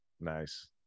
nice